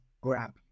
grab